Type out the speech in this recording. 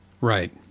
Right